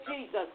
Jesus